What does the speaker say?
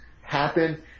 happen